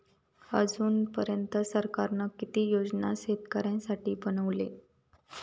अजून पर्यंत सरकारान किती योजना शेतकऱ्यांसाठी बनवले?